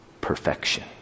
perfection